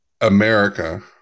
america